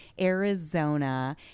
arizona